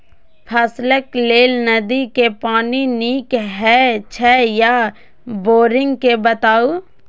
फसलक लेल नदी के पानी नीक हे छै या बोरिंग के बताऊ?